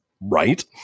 Right